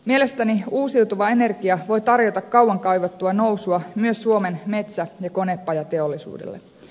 mielestäni uusiutuva energia voi tarjota kauan kaivattua nousua myös suomen metsä ja konepajateollisuudelle